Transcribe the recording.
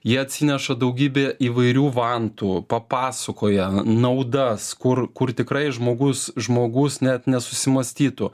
jie atsineša daugybę įvairių vantų papasakoja naudas kur kur tikrai žmogus žmogus net nesusimąstytų